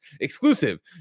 Exclusive